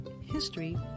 History